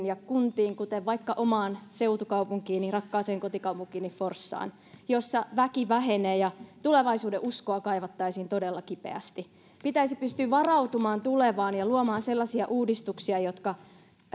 ja kuntiin kuten vaikka omaan seutukaupunkiini rakkaaseen kotikaupunkiini forssaan jossa väki vähenee ja tulevaisuudenuskoa kaivattaisiin todella kipeästi pitäisi pystyä varautumaan tulevaan ja luomaan sellaisia uudistuksia jotka